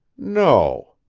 no,